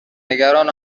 نگران